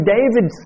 David